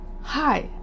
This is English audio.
hi